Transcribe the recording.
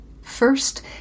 first